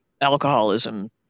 alcoholism